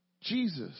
Jesus